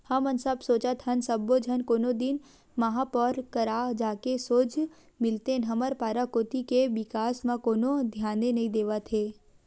हमन सब सोचत हन सब्बो झन कोनो दिन महापौर करा जाके सोझ मिलतेन हमर पारा कोती के बिकास म कोनो धियाने नइ देवत हे